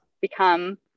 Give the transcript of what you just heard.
become